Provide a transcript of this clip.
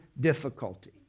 difficulty